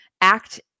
act